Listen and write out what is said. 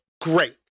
great